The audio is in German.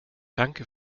danke